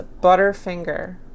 Butterfinger